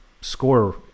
score